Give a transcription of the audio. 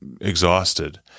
exhausted